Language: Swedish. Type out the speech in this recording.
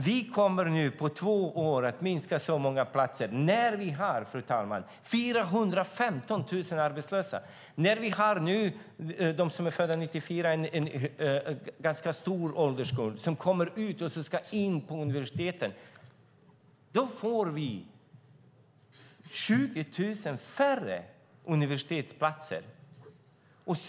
Vi kommer på två år att minska många platser när vi, fru talman, har 415 000 arbetslösa, och när de som är födda 1994, en ganska stor ålderskull, kommer ut och ska in på universiteten. Då får vi 20 000 färre universitetsplatser.